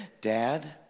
dad